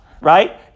right